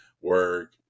work